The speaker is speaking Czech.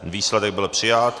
Výsledek byl přijat.